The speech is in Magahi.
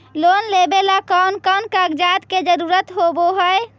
लोन लेबे ला कौन कौन कागजात के जरुरत होबे है?